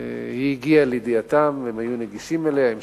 הגיע לידיעתם והיה נגיש אליהם,